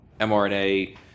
mRNA